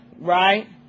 right